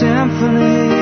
Symphony